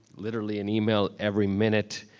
literally an email every minute,